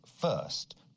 first